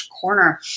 corner